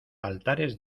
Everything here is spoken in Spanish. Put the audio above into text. altares